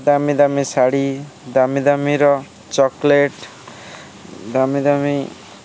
ଦାମିଦାମି ଶାଢ଼ୀ ଦାମିଦାମିର ଚକୋଲେଟ୍ ଦାମିଦାମି